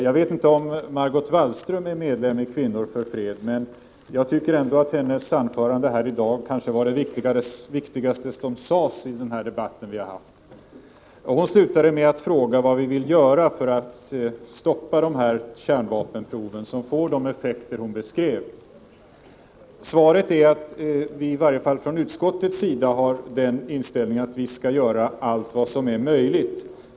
Jag vet inte om Margot Wallström är medlem i Kvinnliga parlamentariker för fred, men jag tycker ändå att det hon anförde i sitt inlägg var det viktigaste som sades i debatten i dag. Hon slutade med att fråga vad vi vill göra för att stoppa kärnvapenproven, som får de effekter hon beskrev. Svaret är att vi i varje fall från utskottets sida har den inställningen att vi skall göra allt vad som är möjligt.